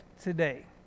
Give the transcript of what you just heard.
today